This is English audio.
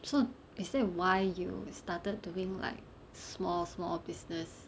so is that why you started doing like small small business